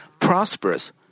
prosperous